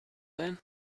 then